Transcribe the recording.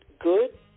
good